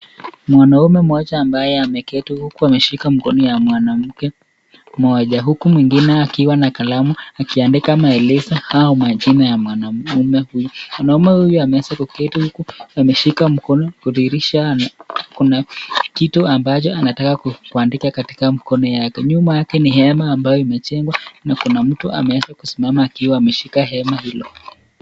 mwanaume moja ambaye ameketi huku ameshika mkono ya mwanaume moja, huku mweingine akiwa na kalamu akiandika maelezo au majina ya mwanamume huyu, mwanaume huyu ameweza kuketi huku ameshika mkono kudhihirisha kuna kitu ambacho anataka kuandika katika mikono yake, nyuma yake ni hema ambaye imejegwa na mtu ameweza kusimama akiwa ameshika hema hilo